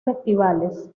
festivales